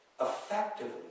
effectively